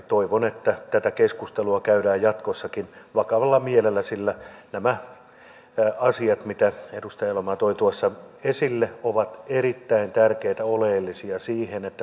toivon että tätä keskustelua käydään jatkossakin vakavalla mielellä sillä nämä asiat mitä edustaja eloranta toi tuossa esille ovat erittäin tärkeitä oleellisia siihen että